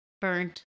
burnt